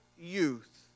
youth